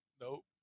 Nope